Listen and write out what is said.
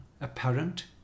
apparent